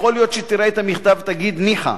"יכול להיות שתראה את המכתב ותגיד: ניחא,